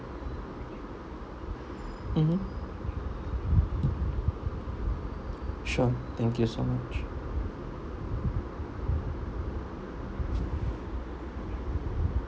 mmhmm sure thank you so much